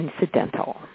incidental